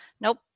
Nope